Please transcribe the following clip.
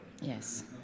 Yes